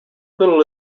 little